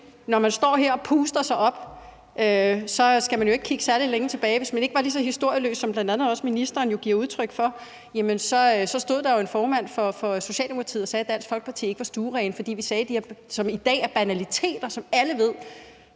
når man står her og puster sig op, at vi jo ikke skal kigge særlig langt tilbage, hvis man ikke var lige så historieløs, som bl.a. også ministeren jo giver udtryk for, for at finde en formand for Socialdemokratiet, der stod og sagde, at Dansk Folkeparti ikke var stuerene, fordi vi sagde det, som i dag er banaliteter, og som alle ved.